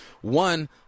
One